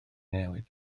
newydd